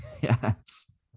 Yes